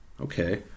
Okay